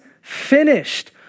finished